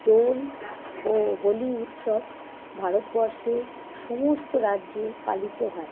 দোল ও হোলি উৎসব ভারতবর্ষে সমস্ত রাজ্যে পালিত হয়